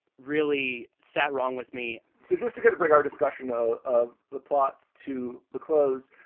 really sat wrong with me so just to get to bring our discussion ah of the plot to the close,